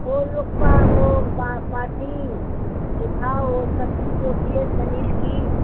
वो लोग का वो बाटी सूखा हो सब्ज़ी जो भी है पनीर की